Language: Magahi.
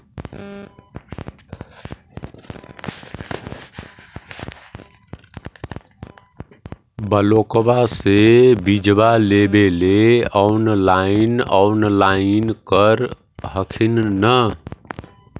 ब्लोक्बा से बिजबा लेबेले ऑनलाइन ऑनलाईन कर हखिन न?